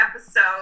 episode